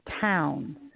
towns